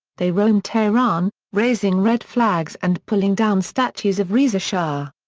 they roamed tehran, raising red flags and pulling down statues of reza shah.